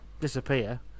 disappear